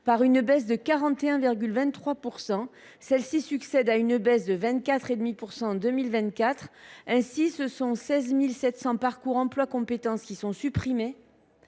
par une baisse de 41,23 %, qui succède à une baisse de 24,5 % en 2024. Ainsi, ce sont 16 700 parcours emploi compétences (PEC) qui sont supprimés,